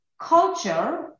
culture